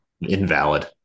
Invalid